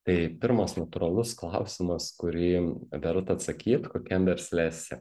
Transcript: tai pirmas natūralus klausimas kurį verta atsakyt kokiam versle esi